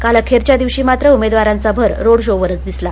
काल अखेरच्या दिवशी मात्र उमेदवारांचा भर रोड शोवरच दिसला